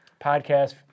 podcast